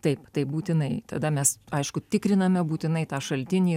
taip tai būtinai tada mes aišku tikriname būtinai tą šaltinį